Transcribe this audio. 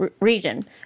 region